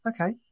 Okay